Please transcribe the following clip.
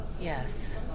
Yes